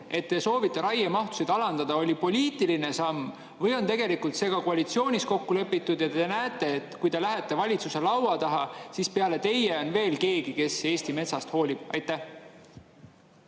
et te soovite raiemahtu alandada, oli poliitiline samm või on see koalitsioonis kokku lepitud ja te näete, et kui te lähete valitsuse laua taha, siis peale teie on veel keegi, kes Eesti metsast hoolib? Aitäh,